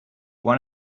one